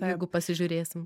jeigu pasižiūrėsim